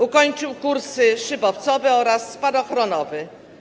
Ukończył kursy: szybowcowy oraz spadochronowy.